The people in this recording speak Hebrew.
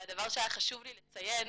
והדבר שהיה חשוב לי לציין,